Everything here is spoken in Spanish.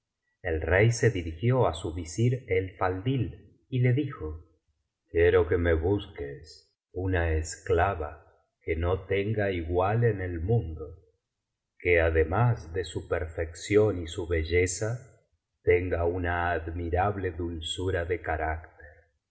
el rey se dirigió á su visir el faldl y le dijo quiero que me busques una esclava que no tenga igual en el mundo que además de su perfección y su belleza tenga una admirable dulzura de carácter